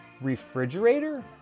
refrigerator